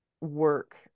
work